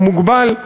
הוא מוגבל,